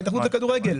זה ההתאחדות לכדורגל.